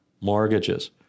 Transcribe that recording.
mortgages